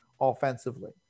offensively